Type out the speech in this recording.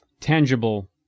tangible